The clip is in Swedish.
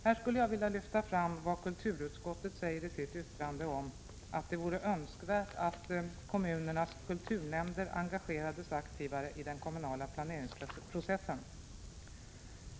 Här vill jag lyfta fram vad kulturutskottet säger i sitt yttrande om att det vore önskvärt att kommunernas kulturnämnder mera aktivt engagerades i den kommunala planeringsprocessen.